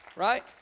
Right